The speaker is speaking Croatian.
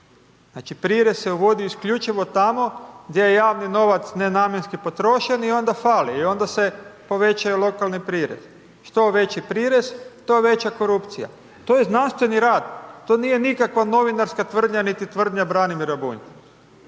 Znači prirez se uvodi isključivo tamo gdje je javni novac nenamjenski potrošen i onda fali i onda se povećaju lokalni prirez. Što veći prirez, to veća korupcija, to je znanstveni rad, to nije nikakva novinarska tvrdnja, niti tvrdnja Branimira